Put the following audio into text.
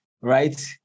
right